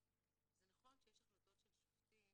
זה נכון שיש החלטות של שופטים